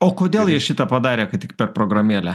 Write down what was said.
o kodėl jie šitą padarė kad tik per programėlę